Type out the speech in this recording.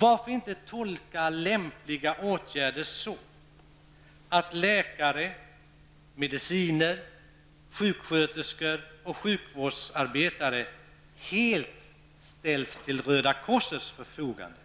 Varför inte tolka ''lämpliga åtgärder'' så att läkare, mediciner, sjuksköterskor och sjukvårdsarbetare helt ställs till Röda korsets förfogande,